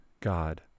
God